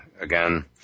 again